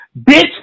Bitch